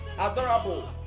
adorable